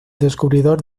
descubridor